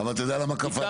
אבל אתה יודע למה קפצנו?